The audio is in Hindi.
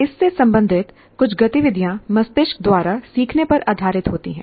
इससे संबंधित कुछ गतिविधियाँ मस्तिष्क द्वारा सीखने पर आधारित होती हैं